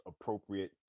appropriate